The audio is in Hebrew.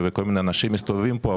כל מיני אנשים מסתובבים פה,